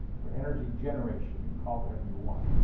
or energy generation, you can call it whatever you want.